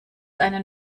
einen